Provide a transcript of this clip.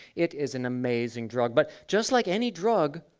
it is an amazing drug, but just like any drug,